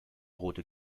rote